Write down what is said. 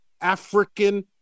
African